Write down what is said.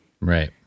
Right